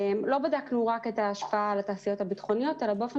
לא בדקנו רק את ההשפעה על התעשיות הביטחוניות אלא באופן